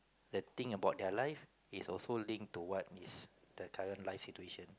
the thing about their life is also linked to what is the current life situation